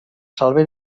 salven